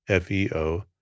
FeO